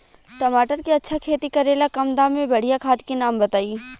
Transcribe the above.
टमाटर के अच्छा खेती करेला कम दाम मे बढ़िया खाद के नाम बताई?